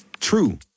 True